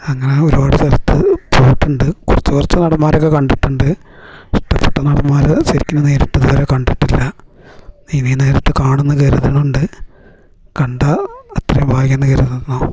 അങ്ങനെ ഒരുപാട് സ്ഥലത്ത് പോയിട്ടുണ്ട് കുറച്ച് കുറച്ച് നടന്മാരെയൊക്കെ കണ്ടിട്ടുണ്ട് ഇഷ്ട്ടപെട്ട നടന്മാർ ശരിക്കിന് നേരിട്ടിതുവരെ കണ്ടിട്ടില്ല ഇനി നേരിട്ട് കാണുന്ന് കരുതണുണ്ട് കണ്ടാൽ അത്രേം ഭാഗ്യംന്ന് കരുതുന്നു